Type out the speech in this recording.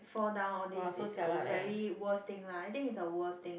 fall down all these is also very worst thing I think it's a worst thing